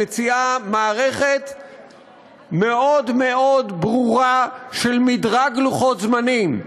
מציעה מערכת מאוד מאוד ברורה של מדרג לוחות-זמנים.